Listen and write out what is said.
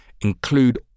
Include